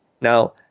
Now